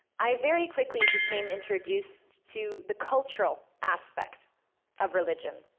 i very quickly became introduced to the cultural aspect of religion.